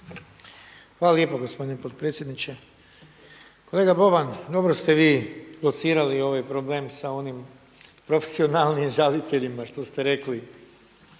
Hvala lijepa gospodine potpredsjedniče. Kolega Boban, dobro ste vi locirali ovaj problem sa onim profesionalnim žaliteljima što ste rekli.